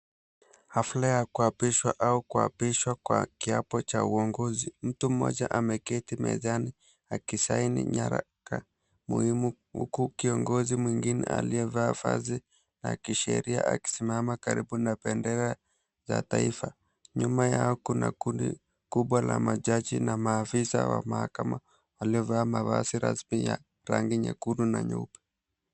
Hafla ya kuapishwa, au kuapishwa kwa kiapo cha uongozi. Mtu mmoja ameketi mezani akisaini nyaraka muhimu. Huku kiongozi mwingine aliyevaa vazi la kisheria akisimama karibu na bendera ya taifa. Nyuma yao na kundi kubwa la majaji na maafisa wa mahakama, waliovaa mavazi rasmi ya rangi nyekundu na nyeupe.